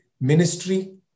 ministry